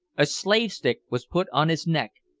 a slave-stick was put on his neck,